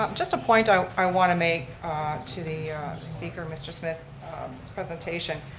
um just a point i i want to make to the speaker, mr. smith, his presentation,